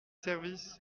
service